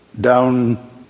down